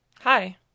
hi